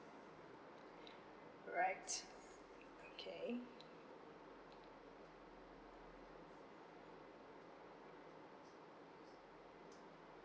alright okay